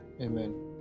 Amen